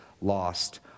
lost